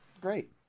great